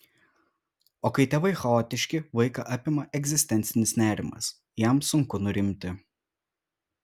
o kai tėvai chaotiški vaiką apima egzistencinis nerimas jam sunku nurimti